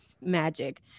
magic